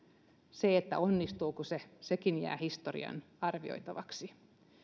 sekin että onnistuuko se jää historian arvioitavaksi